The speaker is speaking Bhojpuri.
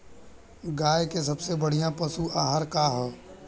गाय के सबसे बढ़िया पशु आहार का ह?